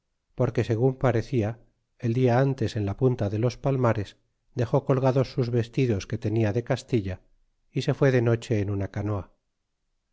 porque segun parecia el dia ntes en la punta de los palmares dexó colgados sus vestidos que tenia de castilla y se fué de noche en una canoa